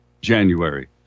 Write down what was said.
January